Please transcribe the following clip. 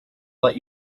let